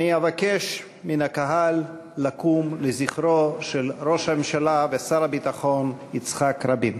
אני אבקש מן הקהל לקום לזכרו של ראש הממשלה ושר הביטחון יצחק רבין.